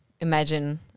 imagine